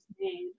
made